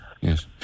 yes